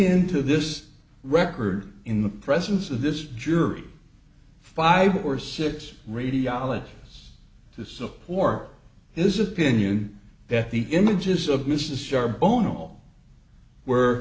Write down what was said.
into this record in the presence of this jury five or six radiologists to support his opinion that the images of mrs shar bono